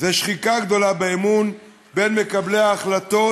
הוא שחיקה גדולה באמון בין מקבלי ההחלטות